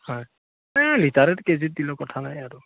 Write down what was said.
হয় এই লিটাৰত কেজিত দিলেও কথা নাই আৰু